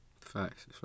Facts